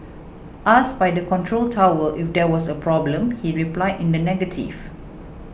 asked by the control tower if there was a problem he replied in the negative